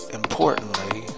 importantly